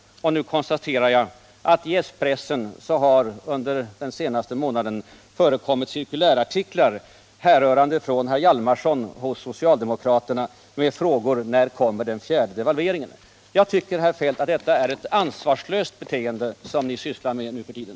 Och nu konstaterar jag att det i den socialdemokratiska pressen under den senaste månaden har förekommit cirkulärartiklar, härrörande från herr Hjalmarsson, socialdemokraterna, med frågor som: ”När kommer den fjärde devalveringen?” Jag tycker, herr Feldt, att detta är ett ansvarslöst beteende som ni visar nu för tiden.